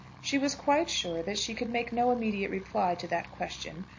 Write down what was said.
she was quite sure that she could make no immediate reply to that question,